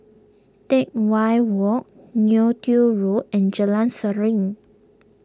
Teck Whye Walk Neo Tiew Road and Jalan Seruling